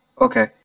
Okay